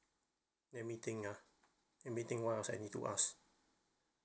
let me think let me think what else I need to ask